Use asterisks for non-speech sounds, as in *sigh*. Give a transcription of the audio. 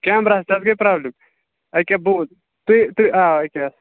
کیمرَہس تہِ حظ گٔے پرٛابلِم ییٚکیٛاہ *unintelligible* تُہۍ تُہۍ آ ییٚکیٛاہ